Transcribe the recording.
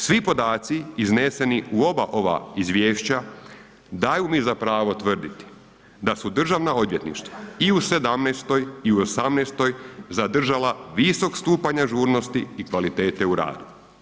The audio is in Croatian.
Svi podaci izneseni u oba ova izvješća daju mi za pravo tvrditi da su državna odvjetništva i u '17. i u '18. zadržala visok stupanj ažurnosti i kvalitete u radu.